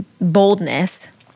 boldness